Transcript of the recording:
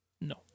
No